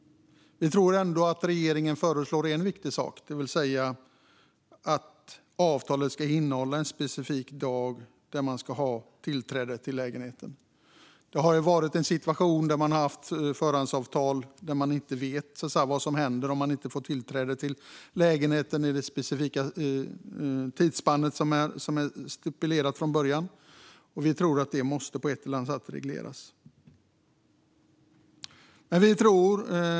Regeringen föreslår dock en viktig sak: att avtalet ska innehålla en specifik dag då man ska få tillträde till lägenheten. Det har funnits situationer med förhandsavtal där man inte vetat vad som händer om man inte får tillträde till lägenheten under det tidsspann som stipulerats från början. Vi menar att detta måste regleras på ett eller annat sätt.